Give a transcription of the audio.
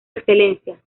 excelencia